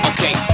Okay